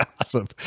awesome